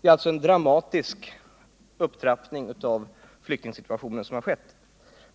Det är alltså en dramatisk upptrappning av flyktingsituationen som har skett.